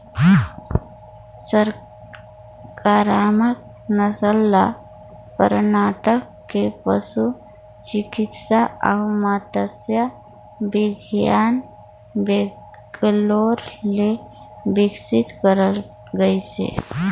संकरामक नसल ल करनाटक के पसु चिकित्सा अउ मत्स्य बिग्यान बैंगलोर ले बिकसित करल गइसे